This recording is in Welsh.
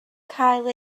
cael